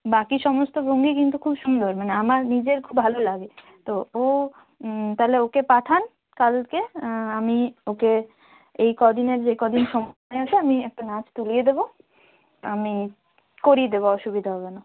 বাকি সমস্ত ভঙ্গি কিন্তু খুব সুন্দর মানে আমার নিজের খুব ভালো লাগে তো ও তাহলে ওকে পাঠান কালকে আমি ওকে এই কদিনের যে কদিন সময় আছে আমি একটা নাচ তুলিয়ে দেবো আমি করিয়ে দেবো অসুবিধা হবে না